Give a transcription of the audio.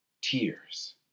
tears